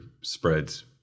spreads